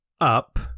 up